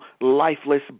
lifeless